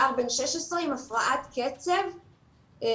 נער בן 16 עם הפרעת קצב קטלנית.